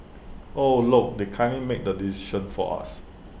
oh look they've kindly made the decision for us